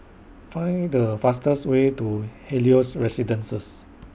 Find The fastest Way to Helios Residences